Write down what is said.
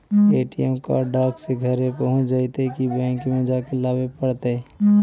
ATM card डाक से घरे पहुँच जईतै कि बैंक में जाके लाबे पड़तै?